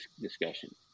discussion